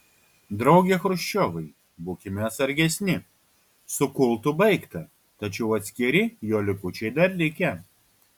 drauge chruščiovai būkime atsargesni su kultu baigta tačiau atskiri jo likučiai dar likę